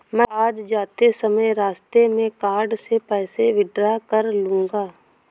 मैं आज जाते समय रास्ते में कार्ड से पैसे विड्रा कर लूंगा